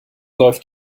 läuft